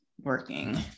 working